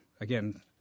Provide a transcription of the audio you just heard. again